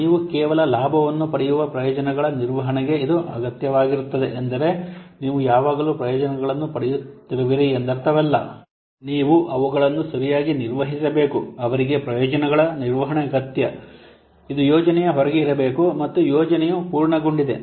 ನೀವು ಕೇವಲ ಲಾಭವನ್ನು ಪಡೆಯುವ ಪ್ರಯೋಜನಗಳ ನಿರ್ವಹಣೆಗೆ ಇದು ಅಗತ್ಯವಾಗಿರುತ್ತದೆ ಎಂದರೆ ನೀವು ಯಾವಾಗಲೂ ಪ್ರಯೋಜನಗಳನ್ನು ಪಡೆಯುತ್ತಿರುವಿರಿ ಎಂದರ್ಥವಲ್ಲ ನೀವು ಅವುಗಳನ್ನು ಸರಿಯಾಗಿ ನಿರ್ವಹಿಸಬೇಕು ಅವರಿಗೆ ಪ್ರಯೋಜನಗಳ ನಿರ್ವಹಣೆ ಅಗತ್ಯ ಇದು ಯೋಜನೆಯ ಹೊರಗೆ ಇರಬೇಕು ಮತ್ತು ಯೋಜನೆಯು ಪೂರ್ಣಗೊಂಡಿದೆ